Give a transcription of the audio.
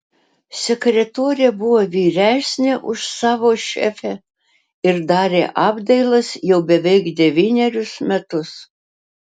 sekretorė buvo vyresnė už savo šefę ir darė apdailas jau beveik devynerius metus